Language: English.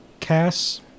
Cass